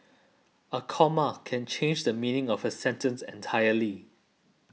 a comma can change the meaning of a sentence entirely